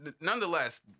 nonetheless